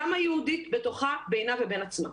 גם היהודים בתוכה, בינה ובין עצמה,